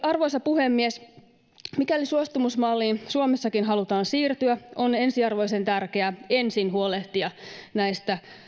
arvoisa puhemies mikäli suostumusmalliin suomessakin halutaan siirtyä on ensiarvoisen tärkeää ensin huolehtia näistä